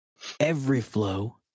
Everyflow